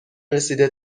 رسیده